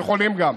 יכולים גם.